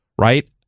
right